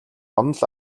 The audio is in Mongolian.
онол